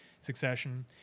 succession